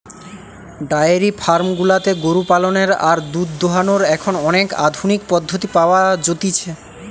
diary farm গুলাতে গরু পালনের আর দুধ দোহানোর এখন অনেক আধুনিক পদ্ধতি পাওয়া যতিছে